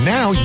Now